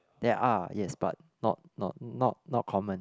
they are yes but not not not not common